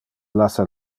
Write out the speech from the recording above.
lassa